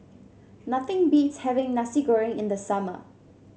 nothing beats having Nasi Goreng in the summer